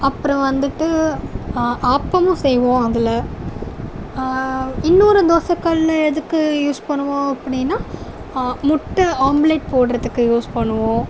அப்புறம் வந்துட்டு ஆ ஆப்பமும் செய்வோம் அதில் இன்னொரு தோசை கல் எதுக்கு யூஸ் பண்ணுவோம் அப்படின்னா ஆ முட்டை ஆம்லேட் போடுறதுக்கு யூஸ் பண்ணுவோம்